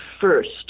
first